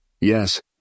Yes